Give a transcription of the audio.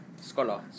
Scholar